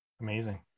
Amazing